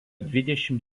dvidešimt